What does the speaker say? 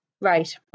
Right